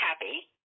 happy